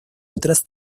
otras